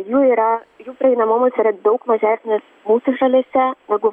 jų yra jų prieinamumas yra daug mažesnis mūsų šalyse negu